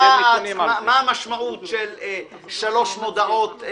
מה המשמעות של שלוש מודעות,